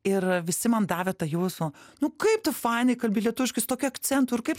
ir visi man davė tą jūsų nu kaip tu fainai kalbi lietuviškai su tokiu akcentu ir kaip